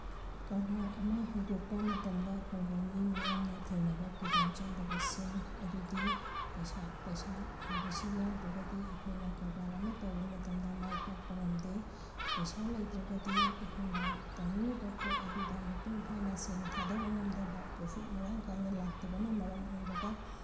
ꯀꯔꯕꯥꯔ ꯑꯃ ꯍꯧꯗꯣꯛꯄ ꯃꯇꯝꯗ ꯈꯨꯡꯒꯪꯒꯤ ꯃꯤꯌꯥꯝꯅ ꯊꯦꯡꯅꯕ ꯈꯨꯗꯣꯡꯆꯥꯗꯕꯁꯤꯡ ꯑꯗꯨꯗꯤ ꯄꯩꯁꯥ ꯄꯩꯁꯥ ꯍꯥꯏꯕꯁꯤ ꯌꯥꯎꯗ꯭ꯔꯒꯗꯤ ꯑꯩꯈꯣꯏꯅ ꯀꯔꯕꯥꯔ ꯑꯃ ꯇꯧꯕ ꯃꯇꯝꯗ ꯃꯥꯏ ꯄꯥꯛꯄ ꯉꯝꯗꯦ ꯄꯩꯁꯥ ꯂꯩꯇ꯭ꯔꯒꯗꯤ ꯑꯩꯈꯣꯏꯅ ꯇꯧꯅꯤꯡꯉꯤꯕ ꯄꯣꯠ ꯑꯗꯨꯗ ꯃꯄꯨꯡ ꯐꯥꯅ ꯁꯦꯟ ꯊꯥꯗꯕ ꯉꯝꯗꯕ ꯄ꯭ꯔꯣꯐꯤꯠ ꯃꯔꯥꯡ ꯀꯥꯏꯅ ꯂꯥꯛꯇꯕꯅ ꯃꯔꯝ ꯑꯣꯏꯔꯒ